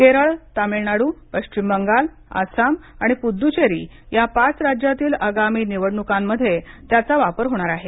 केरळ तामिळनाडू पश्चिम बंगाल आसाम आणि पुद्दचेरी या पाच राज्यातील आगामी निवडणुकात त्याचा वापर होणार आहे